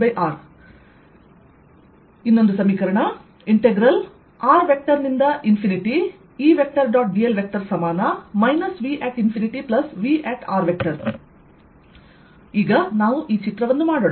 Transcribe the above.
dl VV ಆದ್ದರಿಂದ ಈಗ ನಾವು ಚಿತ್ರವನ್ನು ಮಾಡೋಣ